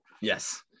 Yes